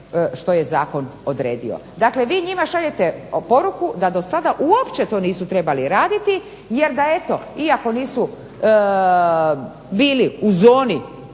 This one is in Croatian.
što je zakon odredio. Dakle, vi njima šaljete poruku da do sada uopće to nisu trebali raditi jer da eto iako nisu bili u zoni